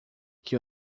que